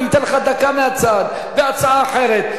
אני אתן לך דקה מהצד, בהצעה אחרת.